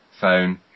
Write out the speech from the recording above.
phone